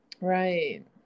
right